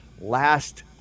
Last